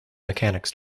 mechanics